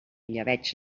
llebeig